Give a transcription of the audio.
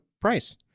price